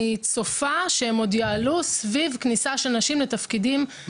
אני צופה שהם עוד יעלו סביב כניסה של נשים לתפקידים של לוחמים.